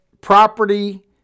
property